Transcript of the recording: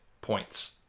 points